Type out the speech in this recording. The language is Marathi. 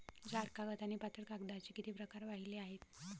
जाड कागद आणि पातळ कागदाचे किती प्रकार पाहिले आहेत?